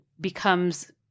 becomes